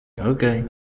Okay